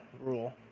rule